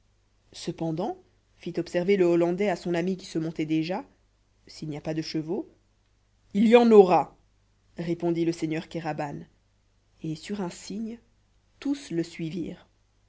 cependant fit observer le hollandais à son ami qui se montait déjà s'il n'y a pas de chevaux il y en aura répondit le seigneur kéraban et sur un signe tous le suivirent